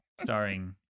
Starring